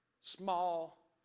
Small